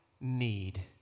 need